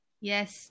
Yes